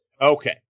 Okay